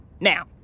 Now